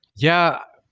yeah,